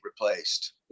replaced